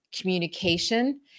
communication